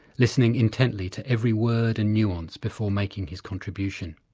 listening intently to every word and nuance before making his contribution,